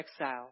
exile